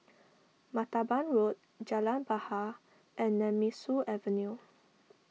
Martaban Road Jalan Bahar and Nemesu Avenue